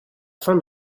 fin